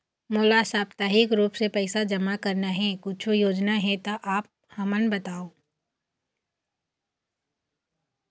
मोला साप्ताहिक रूप से पैसा जमा करना हे, कुछू योजना हे त आप हमन बताव?